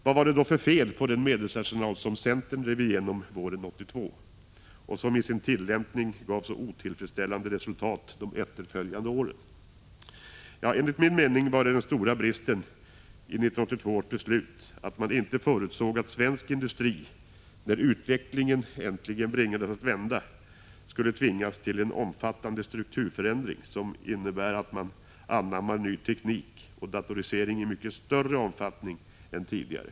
Vad var det då för fel på den medelsarsenal som centern drev igenom våren 1982 och som i sin tillämpning gav så otillfredsställande resultat de Prot. 1985/86:148 efterföljande åren? Ja, enligt min mening var den stora bristen i 1982 års 22 maj 1986 beslut att man inte förutsåg att svensk industri, när utvecklingen äntligen bringades att vända, skulle tvingas till en omfattande strukturförändring som innebär att man anammar ny teknik och datorisering i mycket större omfattning än tidigare.